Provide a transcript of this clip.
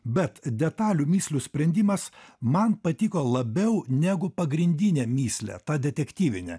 bet detalių mįslių sprendimas man patiko labiau negu pagrindinė mįslė ta detektyvinė